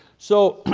so a